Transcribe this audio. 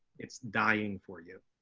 it's dying for you.